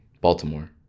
Baltimore